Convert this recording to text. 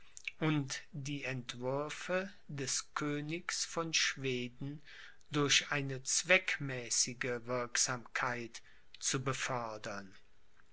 und die entwürfe des königs von schweden durch eine zweckmäßige wirksamkeit zu befördern